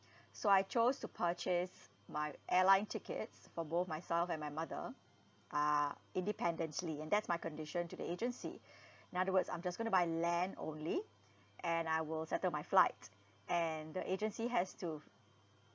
so I chose to purchase my airline tickets for both myself and my mother uh independently and that's my condition to the agency in other words I'm just going to buy land only and I will settle my flights and the agency has to